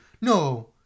No